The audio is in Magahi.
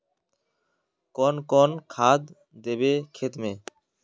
कौन कौन खाद देवे खेत में?